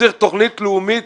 וצריך תוכנית לאומית,